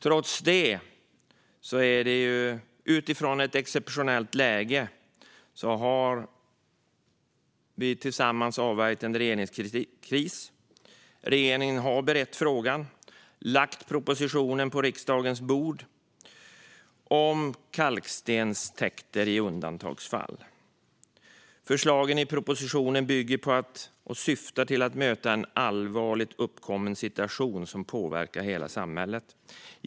Trots detta har vi tillsammans, utifrån ett exceptionellt läge, avvärjt en regeringskris. Regeringen har berett frågan och lagt propositionen om regeringsprövning av kalkstenstäkter i undantagsfall på riksdagens bord. Förslagen i propositionen syftar till att möta en uppkommen allvarlig situation som påverkar hela samhället.